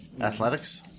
Athletics